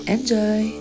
Enjoy